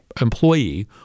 employee